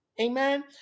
Amen